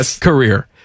career